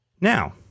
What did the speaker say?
Now